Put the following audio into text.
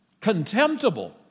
contemptible